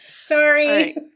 Sorry